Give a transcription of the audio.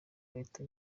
leta